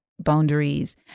boundaries